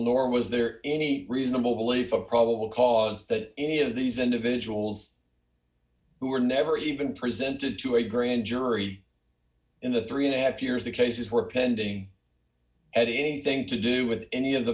nor was there any reasonable belief of probable cause that any of these individuals who were never even presented to a grand jury in the three and a half years the cases were pending at anything to do with any of the